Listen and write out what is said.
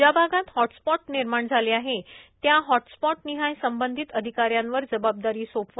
ज्या भागात हॉटस्पॉट निर्माण झाले आहे त्या हॉटस्पॉट निहाय संबंधित अधिकाऱ्यांवर जबाबदारी सोपवा